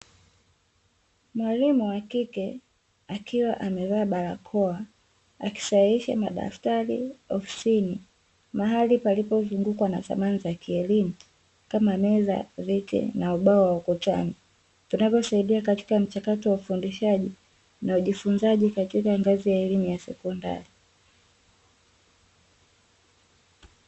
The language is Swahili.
Mwalimu wa kike akiwa amevaa barakoa akisahihisha madaftari ofisini mahali palipozungukwa na samani za kielimu kama meza, viti na ubao wa ukutani vinavyosaidia katika mchakato wa ufundishaji na ujifunzaji katika ngazi ya elimu ya sekondari.